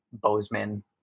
Bozeman